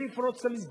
בלי לפרוץ את המסגרת,